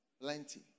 Plenty